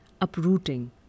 uprooting